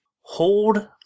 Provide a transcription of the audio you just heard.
hold